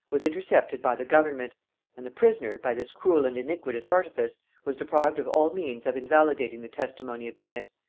was intercepted by the government and the prisoner, by this cruel and iniquitous artifice, was deprived of all means of invalidating the testimony of bennet,